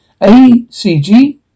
ACG